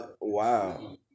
Wow